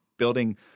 building